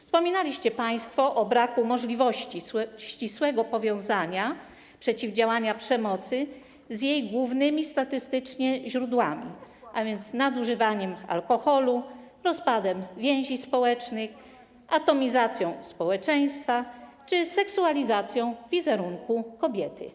Wspominaliście państwo o braku możliwości ścisłego powiązania przeciwdziałania przemocy z jej głównymi statystycznie źródłami, a więc nadużywaniem alkoholu, rozpadem więzi społecznych, atomizacją społeczeństwa czy seksualizacją wizerunku kobiety.